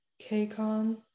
k-con